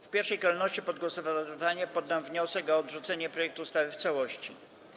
W pierwszej kolejności pod głosowanie poddam wniosek o odrzucenie projektu ustawy w całości.